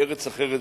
בארץ אחרת,